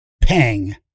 pang